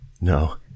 No